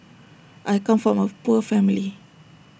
I come from A poor family